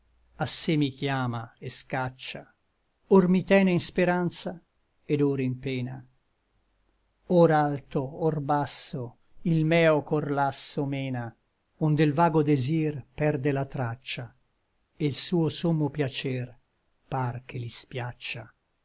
a sé mi chiama et scaccia or mi tene in speranza et or in pena or alto or basso il meo cor lasso mena onde l vago desir perde la traccia e l suo sommo piacer par che li spiaccia